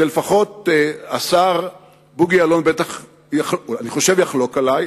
ולפחות השר בוגי יעלון בטח יחלוק עלי,